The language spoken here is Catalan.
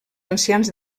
ancians